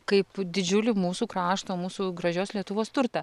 kaip didžiulį mūsų krašto mūsų gražios lietuvos turtą